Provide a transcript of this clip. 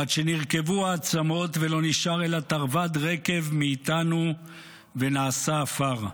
עד שנרקבו העצמות ולא נשאר אלא תרווד רקב מאיתנו ונעשה עפר.